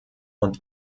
und